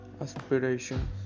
aspirations